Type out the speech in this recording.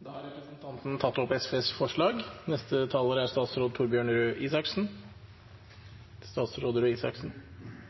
Representanten Solfrid Lerbrekk har tatt opp SVs forslag. Jeg synes det er